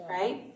right